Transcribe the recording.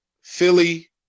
Philly